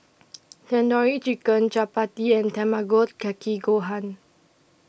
Tandoori Chicken Chapati and Tamago Kake Gohan